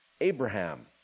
Abraham